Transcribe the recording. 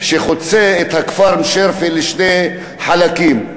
שחוצה את הכפר מושרייפה לשני חלקים,